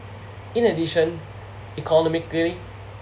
in addition economically